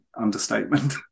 Understatement